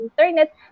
internet